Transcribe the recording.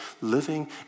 living